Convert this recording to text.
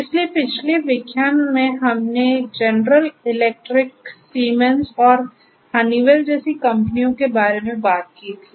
इसलिए पिछले व्याख्यान में हमने जनरल इलेक्ट्रिक सीमेंस और हनीवेल जैसी कंपनियों के बारे में बात की थी